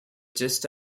gist